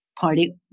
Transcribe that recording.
party